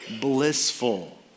blissful